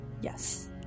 Yes